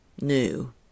new